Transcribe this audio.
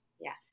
Yes